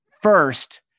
first